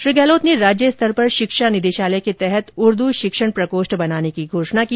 श्री गहलोत ने राज्य स्तर पर शिक्षा निदेशालय के तहत उर्दू शिक्षण प्रकोष्ठ बनाने की घोषणा की